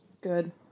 Good